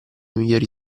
migliori